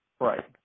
Right